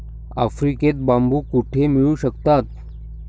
आफ्रिकेत बांबू कुठे मिळू शकतात?